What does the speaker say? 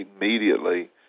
immediately